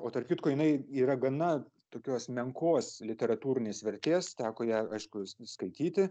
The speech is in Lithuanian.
o tarp kitko jinai yra gana tokios menkos literatūrinės vertės teko ją aišku ir skaityti